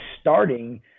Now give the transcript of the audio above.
starting